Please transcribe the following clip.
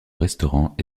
restaurants